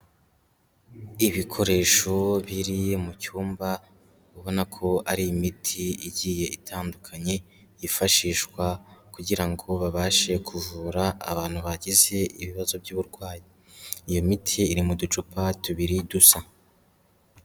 Ibikoresho biri mu cyumba, ubona ko ari imiti igiye itandukanye yifashishwa kugira ngo babashe kuvura abantu bagize ibibazo by'uburwayi, iyo miti iri mu ducupa tubiri dusa.